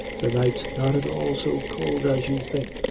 the night's not at all so cowld as you think,